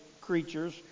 creatures